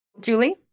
Julie